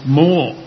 more